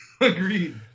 Agreed